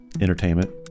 entertainment